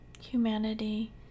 humanity